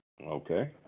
Okay